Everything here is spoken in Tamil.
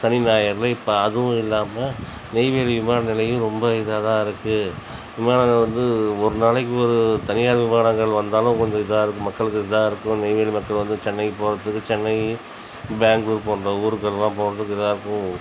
சனி ஞாயிறில் இப்ப அதுவும் இல்லாமல் நெய்வேலி விமான நிலையம் ரொம்ப இதாகதான் இருக்குது விமானங்கள் வந்து ஒரு நாளைக்கு ஒரு தனியார் விமானங்கள் வந்தாலும் கொஞ்சம் இதாக இருக்கும் மக்களுக்கு இதாக இருக்கும் நெய்வேலி மக்கள் வந்து சென்னைக்கு போகிறதுக்கு சென்னை பெங்களூர் போன்ற ஊருக்கெல்லாம் போகிறதுக்கு இதாக இருக்கும்